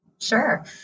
Sure